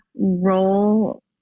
role